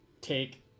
take